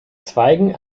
zweigen